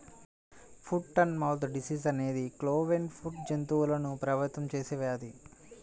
foot and mouth disease అనేది cloven foot జంతువులను ప్రభావితం చేసే వ్యాధి